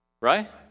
Right